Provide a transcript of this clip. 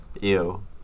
Ew